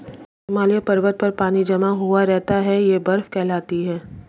हिमालय पर्वत पर पानी जमा हुआ रहता है यह बर्फ कहलाती है